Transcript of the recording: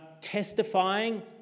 testifying